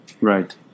Right